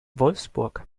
wolfsburg